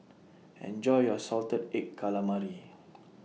Enjoy your Salted Egg Calamari